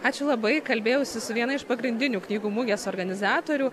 ačiū labai kalbėjausi su viena iš pagrindinių knygų mugės organizatorių